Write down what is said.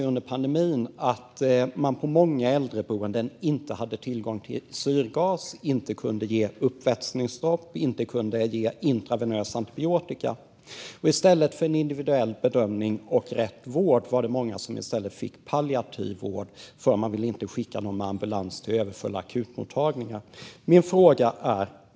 Under pandemin visade det sig att många äldreboenden inte hade tillgång till syrgas, inte kunde ge uppvätskningsdropp och inte kunde ge antibiotika intravenöst. I stället för en individuell bedömning och rätt vård var det också många som fick palliativ vård, eftersom man inte ville skicka dem med ambulans till överfulla akutmottagningar.